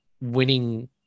winning